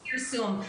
פרסום,